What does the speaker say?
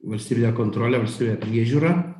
valstybinę kontrolę valstybinę priežiūrą